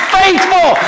faithful